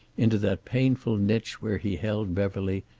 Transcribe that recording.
into that painful niche where he held beverly,